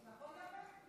נכון יפה?